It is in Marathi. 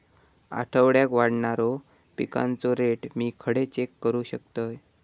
आठवड्याक वाढणारो पिकांचो रेट मी खडे चेक करू शकतय?